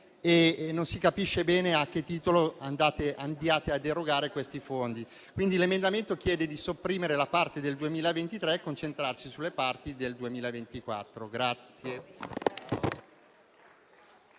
non si capisce bene a che titolo andate a erogare questi fondi. L'emendamento chiede quindi di sopprimere la parte relativa al 2023 e concentrarsi sulle parti del 2024.